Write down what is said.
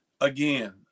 Again